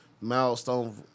milestone